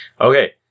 Okay